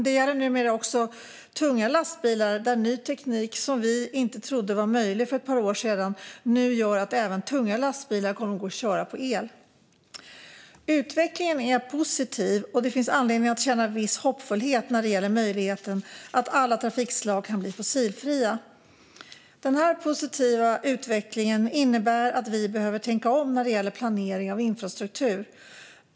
Det gäller numera också tunga lastbilar, där ny teknik som vi inte trodde var möjlig för ett par år sedan gör att även tunga lastbilar kommer att kunna köras på el. Utvecklingen är positiv, och det finns anledning att känna viss hoppfullhet när det gäller möjligheten att alla trafikslag kan bli fossilfria. Den här positiva utvecklingen innebär att vi behöver tänka om när det gäller planering av infrastruktur.